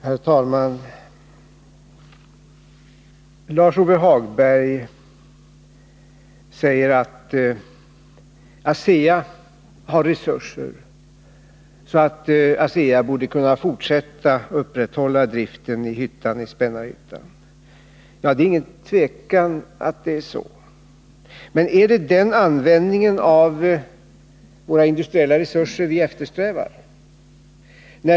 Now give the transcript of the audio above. Herr talman! Lars-Ove Hagberg säger att ASEA har sådana resurser att bolaget borde kunna upprätthålla driften i hyttan i Spännarhyttan. Det råder inget tvivel om att så är fallet. Men är det denna användning av våra industriella resurser vi eftersträvar?